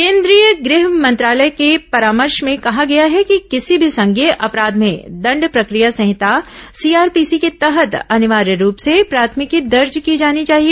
केंद्रीय गृह मंत्रालय के परामर्श में कहा गया है कि किसी भी संज्ञेय अपराध में दण्ड प्रक्रिया संहिता सी आर पी सी के तहत अनिवार्य रूप से प्राथमिकी दर्ज की जानी चाहिए